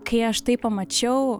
kai aš tai pamačiau